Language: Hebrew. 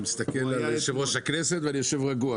אני מסתכל על יושב-ראש הכנסת ואני יושב רגוע,